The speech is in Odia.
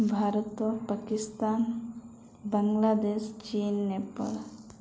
ଭାରତ ପାକିସ୍ତାନ ବାଂଲାଦେଶ ଚୀନ ନେପାଳ